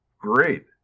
Great